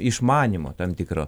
išmanymo tam tikro